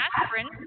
aspirin